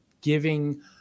giving